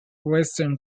western